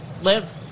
Live